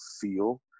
feel